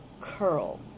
curl